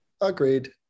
agreed